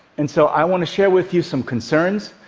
and so i want to share with you some concerns,